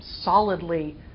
solidly